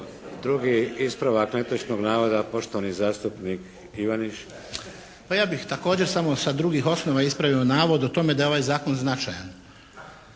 Drugi ispravak netočnog navoda, poštovani zastupnik Ivaniš. **Ivaniš, Nikola (PGS)** Pa ja bih također samo sa drugih osnova ispravio navod o tome da je ovaj zakon značajan.